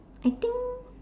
I think